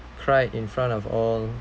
cried in front of all